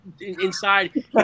inside